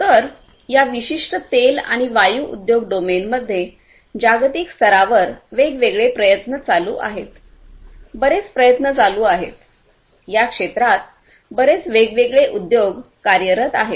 तर या विशिष्ट तेल आणि वायू उद्योग डोमेनमध्ये जागतिक स्तरावर वेगवेगळे प्रयत्न चालू आहेत बरेच प्रयत्न चालू आहेत या क्षेत्रात बरेच वेगवेगळे उद्योग कार्यरत आहेत